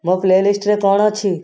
ମୋ ପ୍ଲେଲିଷ୍ଟରେ କ'ଣ ଅଛି